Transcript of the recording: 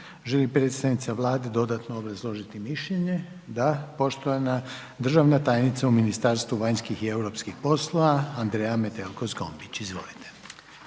li predstavnica Vlade dodatno obrazložiti mišljenje? Da, poštovana državna tajnica u Ministarstvu vanjskih i europskih poslova Andreja Metelko Zgombić, izvolite.